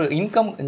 income